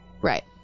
Right